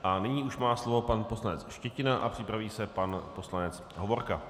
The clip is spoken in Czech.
A nyní už má slovo pan poslanec Štětina a připraví se pan poslanec Hovorka.